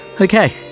Okay